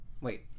Wait